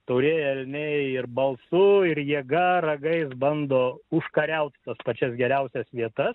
taurieji elniai ir balsu ir jėga ragais bando užkariauti pačias geriausias vietas